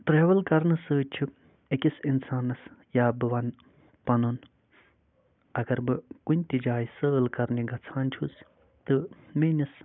travel کَرنہٕ سۭتۍ چھُ أکِس اِنسانَس یا بہٕ وَنہٕ پَنُن اَگر بہٕ کُنہِ تہِ جایہِ سٲل کَرنہِ گژھان چھُس تہٕ میٲنِس دِلَس